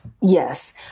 yes